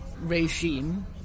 regime